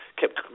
kept